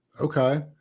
Okay